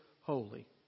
holy